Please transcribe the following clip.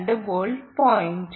2 volt point